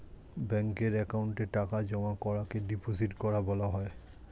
ব্যাঙ্কের অ্যাকাউন্টে টাকা জমা করাকে ডিপোজিট করা বলা হয়